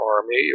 army